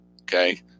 Okay